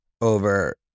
over